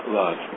love